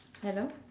hello